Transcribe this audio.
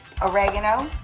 oregano